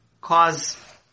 cause